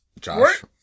Josh